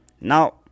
now